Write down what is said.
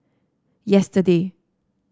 yesterday